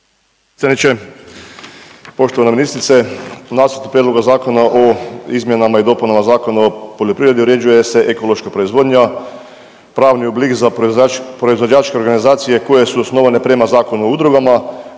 Poštovana ministrice nasuprot Prijedloga Zakona o izmjenama i dopunama Zakona o poljoprivredi uređuje se ekološka proizvodnja, pravni oblik za proizvođačke organizacije koje su osnovane prema Zakonu o udrugama